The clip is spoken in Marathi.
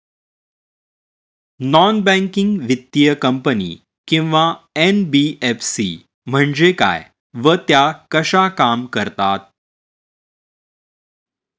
नॉन बँकिंग वित्तीय कंपनी किंवा एन.बी.एफ.सी म्हणजे काय व त्या कशा काम करतात?